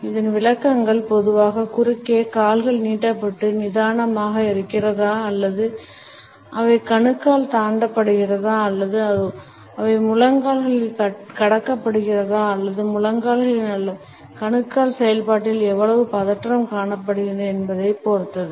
இதன் விளக்கங்கள் பொதுவாக குறுக்கே கால்கள் நீட்டப்பட்டு நிதானமாக இருக்கிறதா அல்லது அவை கணுக்கால் தாண்டப்படுகிறதா அல்லது அவை முழங்கால்களில் கடக்கப்படுகிறதா அல்லது முழங்கால்களில் அல்லது கணுக்கால் செயல்பாட்டில் எவ்வளவு பதற்றம் காணப்படுகின்றன என்பதைப் பொறுத்தது